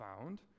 found